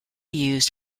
used